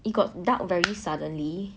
it got dark very suddenly